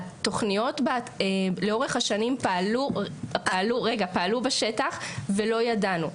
התוכניות לאורך השנים פעלו בשטח ולא ידענו.